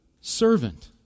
servant